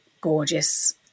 gorgeous